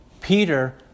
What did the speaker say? Peter